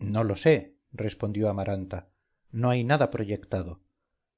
no lo sé respondió amaranta no hay nada proyectado